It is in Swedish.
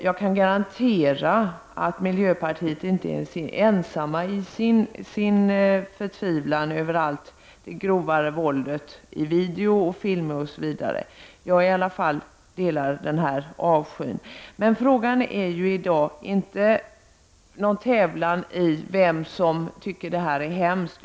Jag kan garantera att miljöpartiet inte är ensamt i sin förtvivlan över det allt grövre våldet i video, film osv. ; jag delar i alla fall den avskyn. Men frågan gäller ju i dag inte någon tävlan i att tycka att det här är hemskt.